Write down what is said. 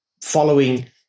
following